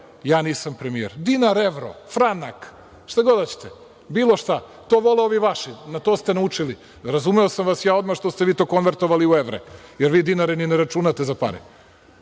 ja nisam premijer. Dinar, evro, franak, šta god hoćete, bilo šta. To vole ovi vaši, na to ste naučili. Razumeo sam vas ja odmah što ste vi to konvertovali u evre, jer vi dinare ni ne računate za pare.